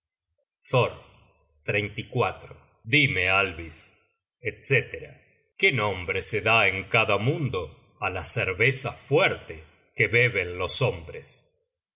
generated at thor dime alvis etc qué nombre se da en cada mundo á la cerveza fuerte que beben los hombres